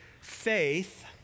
faith